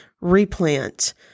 replant